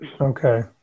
Okay